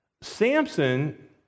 samson